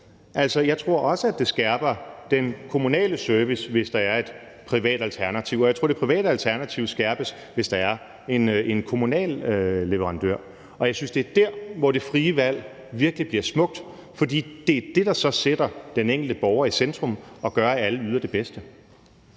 Jeg tror også, det skærper den kommunale service, hvis der er et privat alternativ. Og jeg tror, det private alternativ skærpes, hvis der er en kommunal leverandør. Jeg synes, det er der, hvor det frie valg virkelig bliver smukt, fordi det er det, der så sætter den enkelte borger i centrum og gør, at alle yder det bedste.